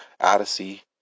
Odyssey